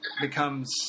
becomes